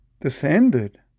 descended